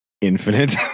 infinite